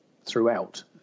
throughout